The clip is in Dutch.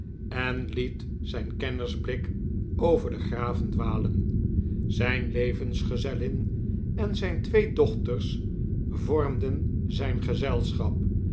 en liet zijn kennersblik over de graven dwalen zijn levertsgezellin en zijn twee dochters vormden zijn gezelschap